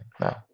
No